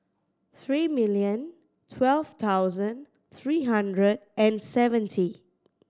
three million twelve thousand three hundred and seventy